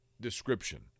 description